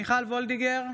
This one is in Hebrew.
מיכל מרים וולדיגר,